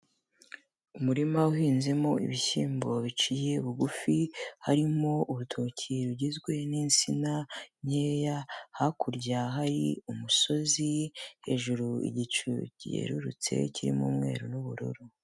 Umuririma uhinzemo ibishyimbo biciye bugufi, harimo urutoki rugizwe n'insina nkeya, hakurya hari umusozi, hejuru igicu cyerurutse kirimo umweru n'ubururu.